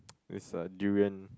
it's a durian